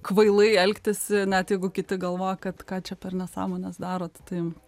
kvailai elgtis net jeigu kiti galvoja kad ką čia per nesąmones darot tai